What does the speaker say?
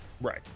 Right